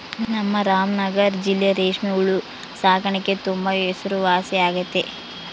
ನಮ್ ರಾಮನಗರ ಜಿಲ್ಲೆ ರೇಷ್ಮೆ ಹುಳು ಸಾಕಾಣಿಕ್ಗೆ ತುಂಬಾ ಹೆಸರುವಾಸಿಯಾಗೆತೆ